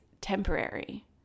temporary